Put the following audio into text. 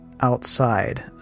outside